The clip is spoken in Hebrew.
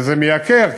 וזה מייקר,